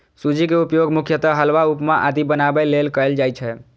सूजी के उपयोग मुख्यतः हलवा, उपमा आदि बनाबै लेल कैल जाइ छै